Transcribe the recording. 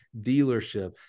dealership